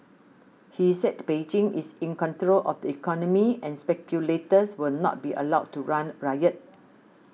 he said Beijing is in control of the economy and speculators will not be allowed to run riot